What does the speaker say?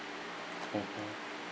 mmhmm